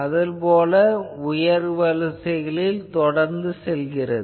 அது போல உயர்வரிசைகளில் செல்கிறது